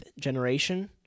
generation